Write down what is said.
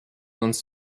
uns